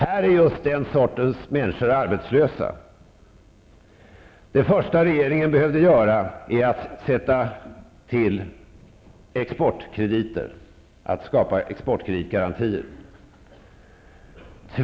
Här är just den sortens människor arbetslösa. Det första regeringen behövde göra är att sätta till exportkrediter, att skapa exportkreditgarantier.